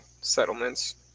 settlements